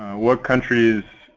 what countries